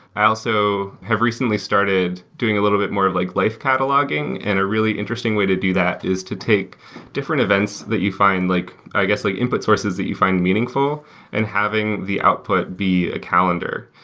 i also have recently started doing a little bit more of like life cataloging, and a really interesting way to do that is to take different events that you find, like i guess like input sources that you find meaningful and having the output be calendar.